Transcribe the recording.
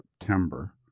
September